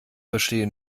verstehe